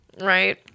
right